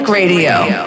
Radio